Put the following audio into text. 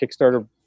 Kickstarter